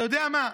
אתה יודע מה,